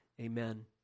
Amen